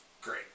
great